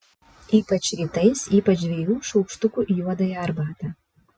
ypač rytais ypač dviejų šaukštukų į juodąją arbatą